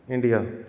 India